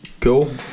cool